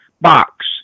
box